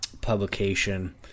publication